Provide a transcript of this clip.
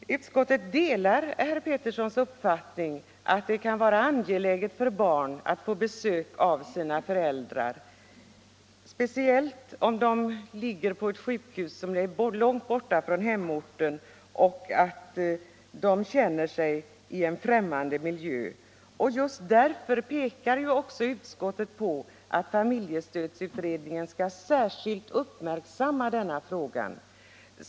Utskottet delar herr Petterssons uppfattning att det kan vara angeläget för sjuka barn att få besök av sina föräldrar, speciellt om barnen i fråga ligger på ett sjukhus långt bort från hemorten och känner sig vara i en främmande miljö. Just därför pekar utskottet också på att familjestödsutredningen skall särskilt uppmärksamma denna fråga.